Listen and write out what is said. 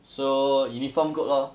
so uniform group lor